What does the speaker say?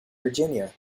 virginia